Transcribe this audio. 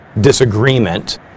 disagreement